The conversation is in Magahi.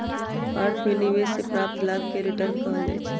अर्थ में निवेश से प्राप्त लाभ के रिटर्न कहल जाइ छइ